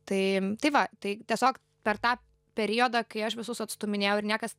tai tai va tai tiesiog per tą periodą kai aš visus atstūminėjau ir niekas